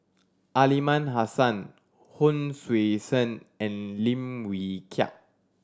Aliman Hassan Hon Sui Sen and Lim Wee Kiak